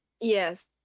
Yes